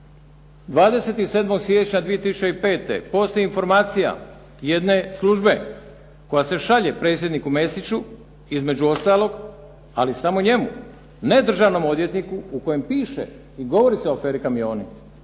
27. siječnja 2005. postoji informacija jedne službe koja se šalje predsjedniku Mesiću, između ostalog ali samo njemu, ne državnom odvjetniku u kojem piše i govori se o aferi kamioni.